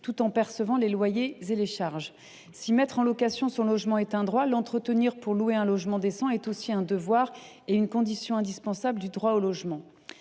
tout en percevant les loyers. Si mettre en location son logement est un droit, l’entretenir pour louer un logement décent est aussi un devoir et une condition indispensable de l’exercice du droit au logement.